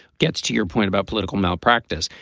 gets to your point about political malpractice.